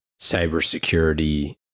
cybersecurity